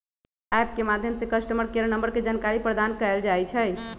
app के माध्यम से कस्टमर केयर नंबर के जानकारी प्रदान कएल जाइ छइ